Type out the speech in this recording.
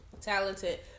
Talented